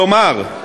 כלומר,